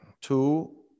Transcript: two